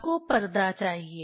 आपको पर्दा चाहिए